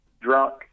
drunk